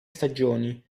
stagioni